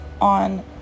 on